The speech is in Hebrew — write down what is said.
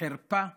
חרפה וניתוק.